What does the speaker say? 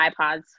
iPods